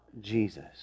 Jesus